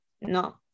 No